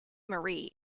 marie